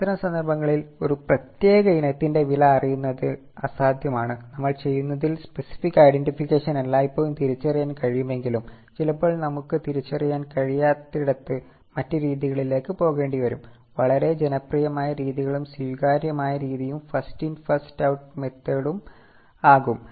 അത്തരം സന്ദർഭങ്ങളിൽ ഒരു പ്രത്യേക ഇനത്തിന്റെ വില അറിയുന്നത് അസാധ്യമാണ് നമ്മൾ ചെയ്യുന്നത്തിൽ സ്പെസിഫിക്ക് ഐഡൻറിറ്റിഫിക്കേഷൻ എല്ലായ്പ്പോഴും തിരിച്ചറിയാൻ കഴിയുമെങ്കിലും ചിലപ്പോൾ നമുക്ക് തിരിച്ചറിയാൻ കഴിയാത്തയിടത്ത് മറ്റ് രീതികളിലേക്ക് പോകേണ്ടിവരും വളരെ ജനപ്രിയമായ രീതികളും സ്വീകാര്യമായ രീതിയും first in first out method ആകും